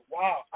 wow